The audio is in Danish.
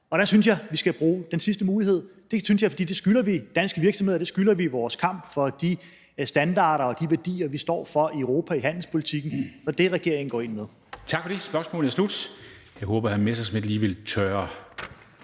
Der synes jeg vi skal bruge den sidste mulighed. Det synes jeg, for det skylder vi danske virksomheder. Det skylder vi vores kamp for de standarder og de værdier, vi står for i Europa i handelspolitikken. Og der går regeringen ind nu. Kl. 13:15 Formanden (Henrik Dam Kristensen): Tak for det.